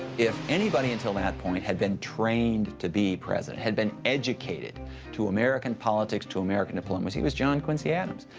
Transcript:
if anybody until that point had been trained to be president, had been educated to american politics, to american diplomacy, it was john quincy adams.